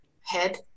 head